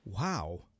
Wow